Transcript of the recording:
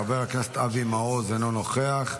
חבר הכנסת אבי מעוז, אינו נוכח.